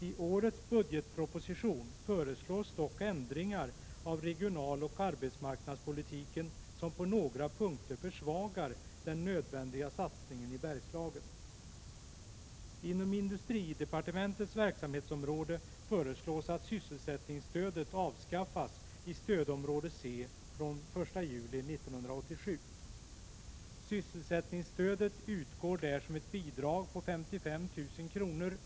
I årets budgetproposition föreslås dock ändringar av regionaloch arbetsmarknadspolitiken som på några punkter försvagar den nödvändiga satsningen i Bergslagen. Inom industridepartementets verksamhetsområde föreslås att sysselsättningsstödet avskaffas i stödområde C från den 1 juli 1987. Sysselsättningsstödet utgår där som ett bidrag på 55 000 kr.